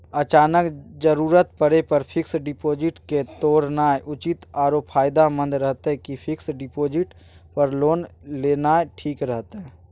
अचानक जरूरत परै पर फीक्स डिपॉजिट के तोरनाय उचित आरो फायदामंद रहतै कि फिक्स डिपॉजिट पर लोन लेनाय ठीक रहतै?